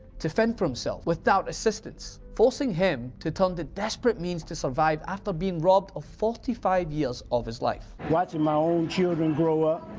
to fend for himself without assistance. forcing him to turn to desperate means to survive after being robbed of forty five years of his life. watching my own children grow up.